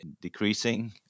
decreasing